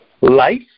Life